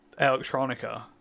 Electronica